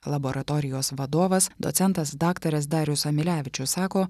laboratorijos vadovas docentas daktaras darius amilevičius sako